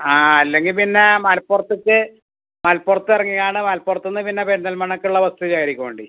ആ അല്ലെങ്കിൽ പിന്നെ മലപ്പുറത്തെക്ക് മലപ്പുറത്തിറങ്ങിയാണ് മലപ്പുറത്തൂന്ന് പിന്നെ പെരിന്തൽമണ്ണയ്ക്ക്ള്ള ബെസ്സ് കയറിക്കോണ്ടി